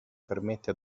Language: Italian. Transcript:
permette